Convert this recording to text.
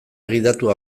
gidatua